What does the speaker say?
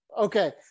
okay